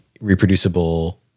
reproducible